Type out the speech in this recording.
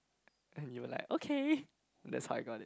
and you were like okay just hug on it